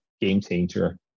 game-changer